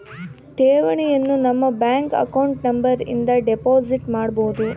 ಠೇವಣಿಯನು ನಮ್ಮ bank account number ಇಂದ ಡೆಪೋಸಿಟ್ ಮಾಡ್ಬೊದು